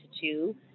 two